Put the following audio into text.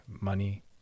money